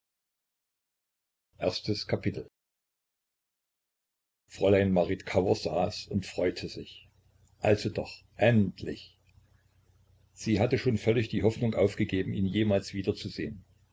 i fräulein marit kauer saß und freute sich also doch endlich sie hatte schon völlig die hoffnung aufgegeben ihn jemals wiederzusehen